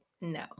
no